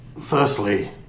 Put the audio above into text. Firstly